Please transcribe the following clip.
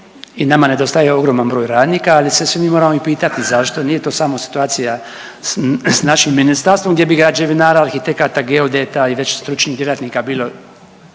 i nama nedostaje ogroman broj radnika, ali se svi mi moramo i pitati zašto, nije to samo situacija s našim ministarstvom gdje bi građevinara, arhitekata, geodeta i već stručnih djelatnika bilo